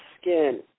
skin